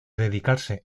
dedicarse